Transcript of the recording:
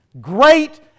great